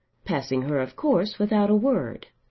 passing her of course without a word.